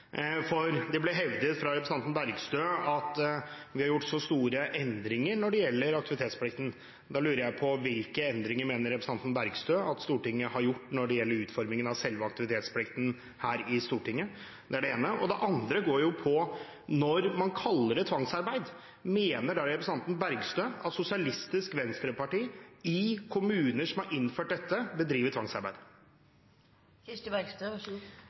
mitt. Det ble hevdet fra representanten Bergstø at vi har gjort så store endringer når det gjelder aktivitetsplikten. Da lurer jeg på: Hvilke endringer mener representanten Bergstø at Stortinget har gjort når det gjelder utformingen av selve aktivitetsplikten? Det er det ene. Det andre går på: Når man kaller det tvangsarbeid, mener da representanten Bergstø at Sosialistisk Venstreparti i kommuner som har innført dette, bedriver